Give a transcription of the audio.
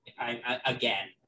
again